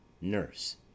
nurse